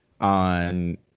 on